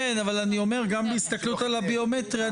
גם בהסתכלות על הביומטרי,